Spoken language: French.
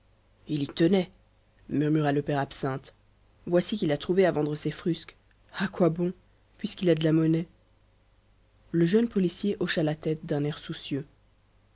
il y tenait murmura le père absinthe voici qu'il a trouvé à vendre ses frusques à quoi bon puisqu'il a de la monnaie le jeune policier hocha la tête d'un air soucieux